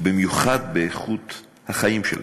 ובמיוחד באיכות החיים שלהם.